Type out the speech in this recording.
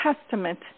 testament